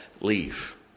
leave